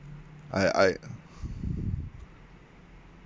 I I